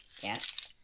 Yes